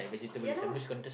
ya lah